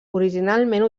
originalment